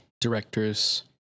directors